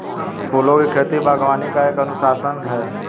फूलों की खेती, बागवानी का एक अनुशासन है